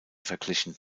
verglichen